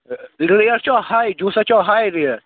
rate چھَو ہاے juices چھَو ہاے ریٹ